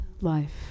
life